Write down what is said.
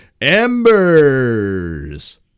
Embers